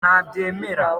ntabyemera